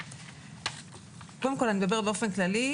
קודם כול באופן כללי,